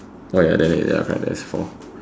oh ya then uh ya correct there's four